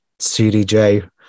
cdj